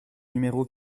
numéro